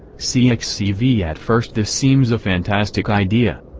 cxcv at first this seems a fantastic idea.